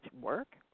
work